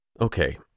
Okay